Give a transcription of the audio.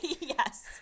Yes